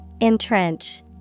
Entrench